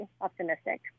optimistic